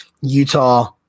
Utah